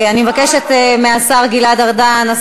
אני מבקשת מהשר גלעד ארדן,